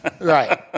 right